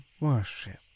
worship